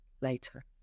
later